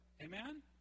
Amen